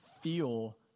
feel